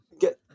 get